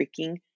freaking